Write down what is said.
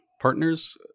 Partners